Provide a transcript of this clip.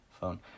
phone